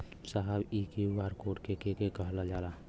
साहब इ QR code के के कहल जाला?